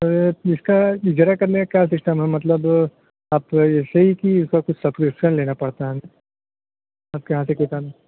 سر جس کا اجرا کرنے کا سسٹم ہے مطلب آپ ایسے ہی کہ کچھ سبسکرپشن لینا پڑتا ہے آپ کے یہاں سے کتاب